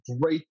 great